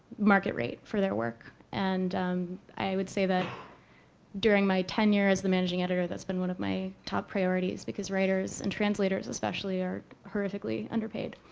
market rate for their work. and i would say that during my tenure as the managing editor that's been one of my top priorities, because writers and translators, especially, are horrifically underpaid.